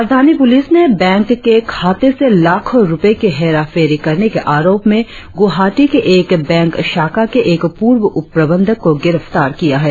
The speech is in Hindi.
राजधानी पुलिस ने बैंक के खाते से लाखों रुपए की हेराफेरी करने के आरोप में ग्रवाहाटी की एक बैंक शाखा के एक पूर्व उपप्रबंधक को गिरफ्तार किया है